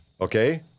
Okay